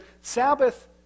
Sabbath